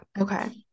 Okay